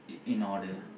in order